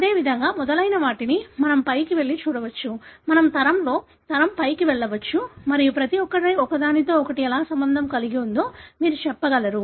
అదేవిధంగా మొదలైనవాటిని మనం పైకి వెళ్ళి చూడవచ్చు మనము తరంలో తరంలో పైకి వెళ్ళవచ్చు మరియు ప్రతి ఒక్కటి ఒకదానితో ఒకటి ఎలా సంబంధం కలిగి ఉందో మీరు చెప్పగలరు